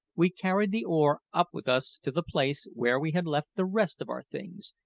we carried the oar up with us to the place where we had left the rest of our things,